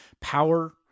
power